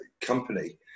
company